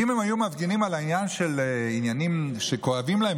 ואם הם היו מפגינים על עניינים שכואבים להם,